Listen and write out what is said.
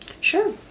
sure